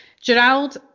Gerald